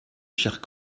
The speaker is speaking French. chers